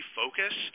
focus